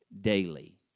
daily